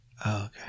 okay